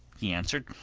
he answered.